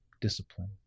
discipline